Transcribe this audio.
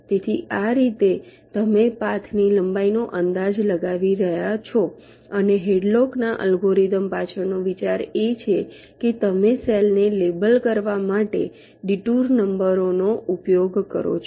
તેથી આ રીતે તમે પાથની લંબાઈનો અંદાજ લગાવી રહ્યા છો અને હેડલોકના અલ્ગોરિધમ Hadlock's algorithm પાછળનો વિચાર એ છે કે તમે સેલને લેબલ કરવા માટે ડિટૂર નંબરોનો ઉપયોગ કરો છો